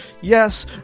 Yes